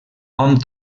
hom